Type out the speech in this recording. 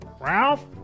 Ralph